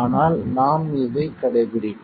ஆனால் நாம் இதை கடைபிடிப்போம்